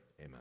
amen